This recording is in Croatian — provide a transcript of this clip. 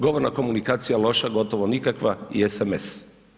Govorna komunikacija loša, gotovo nikakva i SMS.